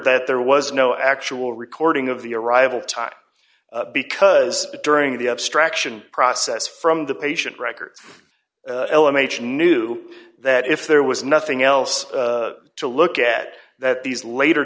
that there was no actual recording of the arrival time because during the abstraction process from the patient records l m h knew that if there was nothing else to look at that these later